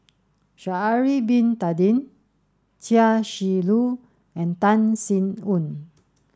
Sha'ari Bin Tadin Chia Shi Lu and Tan Sin Aun